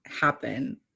happen